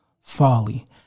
folly